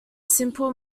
simple